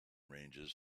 ranges